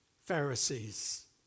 Pharisees